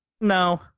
No